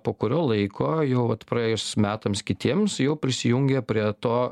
po kurio laiko jau vat praėjus metams kitiems jau prisijungė prie to